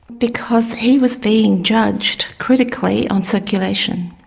because he was being judged critically on circulation.